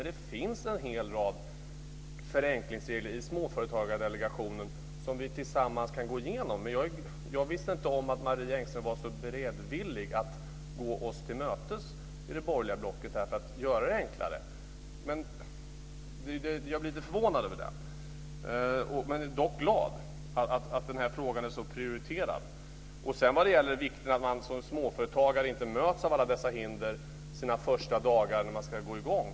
Det finns ju en hel rad förenklingar i Småföretagsdelegationens förslag som vi kan gå igenom tillsammans. Jag visste inte att Marie Engström var så beredvillig att gå oss i det borgerliga blocket till mötes, för att göra det enklare. Jag blev lite förvånad över det, men glad över att frågan är prioriterad. Vi har också talat om vikten av att småföretagare inte möts av alla dessa hinder de första dagarna, när de ska i gång.